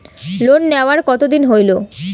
Loan নেওয়ার কতদিন হইল?